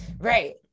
Right